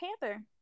Panther